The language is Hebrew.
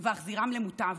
ואחזירם למוטב,